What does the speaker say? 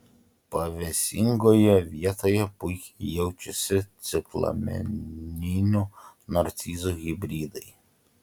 pavėsingoje vietoje puikiai jaučiasi ciklameninių narcizų hibridai